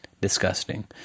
disgusting